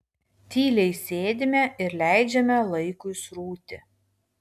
tyliai sėdime ir leidžiame laikui srūti